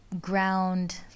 ground